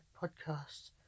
podcast